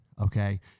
okay